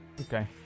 Okay